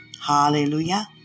Hallelujah